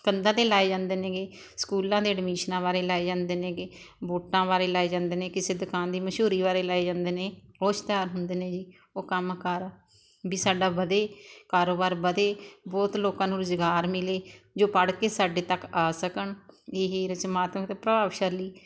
ਕੰਧਾਂ 'ਤੇ ਲਾਏ ਜਾਂਦੇ ਨੇ ਗੇ ਸਕੂਲਾਂ ਦੇ ਅਡਮੀਸ਼ਨਾਂ ਬਾਰੇ ਲਾਏ ਜਾਂਦੇ ਨੇ ਗੇ ਵੋਟਾਂ ਬਾਰੇ ਲਾਏ ਜਾਂਦੇ ਨੇ ਕਿਸੇ ਦੁਕਾਨ ਦੀ ਮਸ਼ਹੂਰੀ ਬਾਰੇ ਲਾਏ ਜਾਂਦੇ ਨੇ ਉਹ ਇਸ਼ਤਿਹਾਰ ਹੁੰਦੇ ਨੇ ਜੀ ਉਹ ਕੰਮ ਕਾਰ ਵੀ ਸਾਡਾ ਵਧੇ ਕਾਰੋਬਾਰ ਵਧੇ ਬਹੁਤ ਲੋਕਾਂ ਨੂੰ ਰੁਜ਼ਗਾਰ ਮਿਲੇ ਜੋ ਪੜ੍ਹ ਕੇ ਸਾਡੇ ਤੱਕ ਆ ਸਕਣ ਇਹ ਰਚਮਾਤਮਕ ਪ੍ਰਭਾਵਸ਼ਾਲੀ